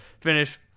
finish